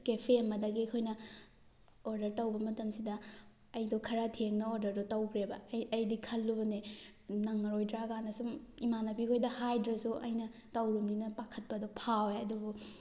cafe ꯑꯃꯗꯒꯤ ꯑꯩꯈꯣꯏꯅ order ꯇꯧꯕ ꯃꯇꯝꯁꯤꯗ ꯑꯩꯗꯣ ꯈꯔ ꯊꯦꯡꯅ ꯑꯣꯗꯔꯗꯨ ꯇꯧꯒ꯭ꯔꯦꯕ ꯑꯩꯗꯤ ꯈꯜꯂꯨꯕꯅꯦ ꯅꯪꯉꯔꯣꯏꯗ꯭ꯔꯥꯒꯥꯅ ꯁꯨꯝ ꯏꯃꯥꯟꯅꯕꯤ ꯈꯣꯏꯗ ꯍꯥꯏꯗ꯭ꯔꯁꯨ ꯑꯩꯅ ꯇꯧꯔꯨꯕꯅꯤꯅ ꯄꯥꯈꯠꯄꯗꯣ ꯐꯥꯎꯋꯦ ꯑꯗꯨꯕꯨ